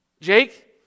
Jake